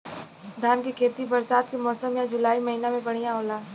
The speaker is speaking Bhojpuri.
धान के खेती बरसात के मौसम या जुलाई महीना में बढ़ियां होला?